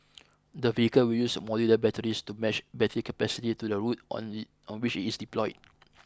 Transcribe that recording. the vehicle will use modular batteries to match battery capacity to the route on the on which it is deployed